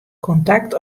kontakt